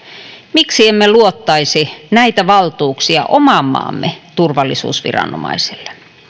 miksi emme luottaisi näitä valtuuksia oman maamme turvallisuusviranomaisille